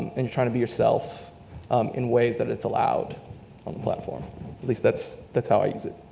and you're trying to be yourself in ways that it's allowed on the platform least that's that's how i use it.